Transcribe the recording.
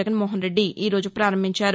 జగన్మోహన్ రెడ్డి ఈ రోజు ప్రారంభించారు